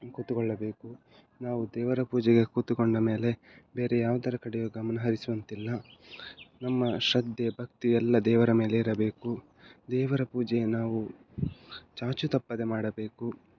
ಕೂತುಕೊಳ್ಳಬೇಕು ನಾವು ದೇವರ ಪೂಜೆಗೆ ಕೂತುಕೊಂಡ ಮೇಲೆ ಬೇರೆ ಯಾವುದರ ಕಡೆಯೂ ಗಮನ ಹರಿಸುವಂತಿಲ್ಲ ನಮ್ಮ ಶ್ರದ್ಧೆ ಭಕ್ತಿ ಎಲ್ಲ ದೇವರ ಮೇಲೆ ಇರಬೇಕು ದೇವರ ಪೂಜೆ ನಾವು ಚಾಚೂ ತಪ್ಪದೆ ಮಾಡಬೇಕು